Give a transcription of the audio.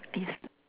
is